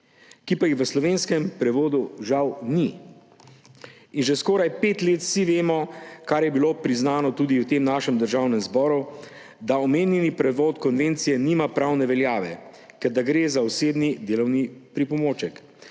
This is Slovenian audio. ki pa jih v slovenskem prevodu žal ni. Že skoraj pet let vsi vemo, kar je bilo priznano tudi v Državnem zboru – da omenjeni prevod konvencije nima pravne veljave ter da gre za osebni delovni pripomoček.